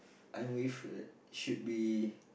I'm with her should be